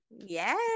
yes